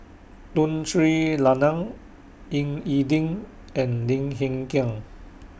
Tun Sri Lanang Ying E Ding and Lim Hng Kiang